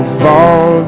fall